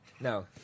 No